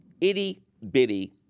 Itty-Bitty